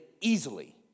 easily